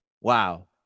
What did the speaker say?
wow